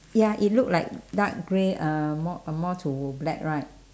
ya it look like dark grey uh more a more to black right